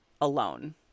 alone